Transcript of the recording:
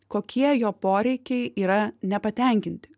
kokie jo poreikiai yra nepatenkinti